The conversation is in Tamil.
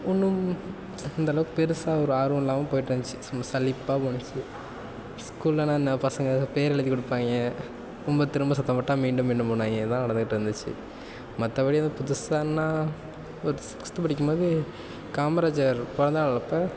ஒன்றும் அந்தளவுக்கு பெருசாக ஒரு ஆர்வம் இல்லாமல் போய்ட்டு இருந்துச்சு ரொம்ப சலிப்பாக போணுச்சு ஸ்கூல்லனால் என்ன பசங்க பேர் எழுதி கொடுப்பாய்ங்க ரொம்ப திரும்ப சத்தம் போட்டால் மீண்டும் மீண்டும் பண்ணுவாய்ங்க இதுதான் நடந்துக்கிட்டு இருந்துச்சு மற்றபடி வந்து புதுசானால் ஒரு சிக்ஸ்த்து படிக்கும் போது காமராஜர் பிறந்தநாள் அப்போ